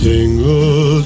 Tingle